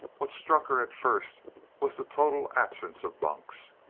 what struck her at first was the total absence of bunks.